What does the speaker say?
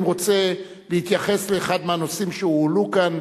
אם רוצה להתייחס לאחד מהנושאים שהועלו כאן,